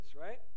right